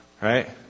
right